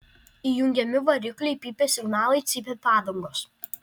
įjungiami varikliai pypia signalai cypia padangos